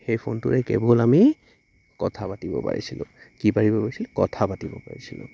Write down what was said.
সেই ফোনটোৰে কেৱল আমি কথা পাতিব পাৰিছিলোঁ কি পাৰিব পাৰিছিলোঁ কথা পাতিব পাৰিছিলোঁ